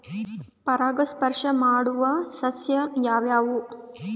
ಪರಾಗಸ್ಪರ್ಶ ಮಾಡಾವು ಸಸ್ಯ ಯಾವ್ಯಾವು?